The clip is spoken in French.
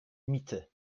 mitte